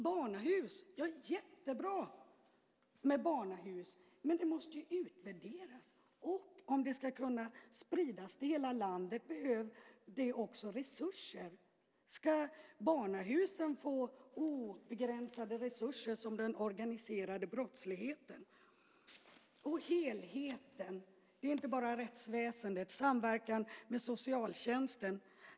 Det är jättebra med barnahus, men det måste utvärderas. Om det ska kunna spridas till hela landet behövs det också resurser. Ska barnahusen få obegränsade resurser, som den organiserade brottsligheten? När det gäller helheten är det inte bara rättsväsendet och samverkan med socialtjänsten.